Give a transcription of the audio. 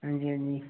हां जी हां जी